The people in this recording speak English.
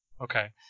okay